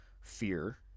fear